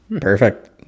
Perfect